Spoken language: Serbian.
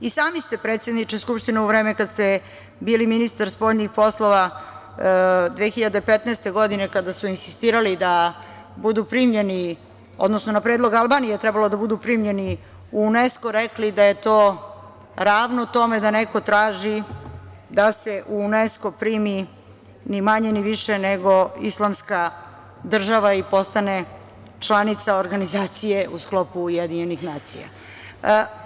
I sami ste, predsedniče Skupštine, u vreme kada ste bili ministar spoljnih poslova 2015. godine kada su insistirali da budu primljeni, odnosno na predlog Albanije je trebalo da budu primljeni u UNESKO rekli da je to ravno tome da neko traži da se u UNESKO primi ni manje ni više nego islamska država i postane članica organizacije u sklopu UN.